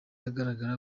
agaragaza